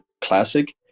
classic